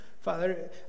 Father